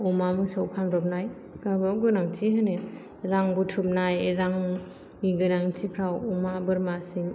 अमा मोसौ फानब्रबनाय गावबा गाव गोनांथि होनो रां बुथुमनाय रांनि गोनांथिफ्राव अमा बोरमा